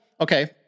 okay